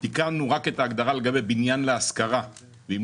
תיקנו רק את ההגדרה לגבי בניין להשכרה ואם